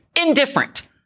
indifferent